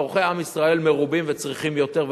צורכי עם ישראל מרובים וצריכים יותר,